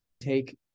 take